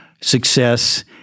success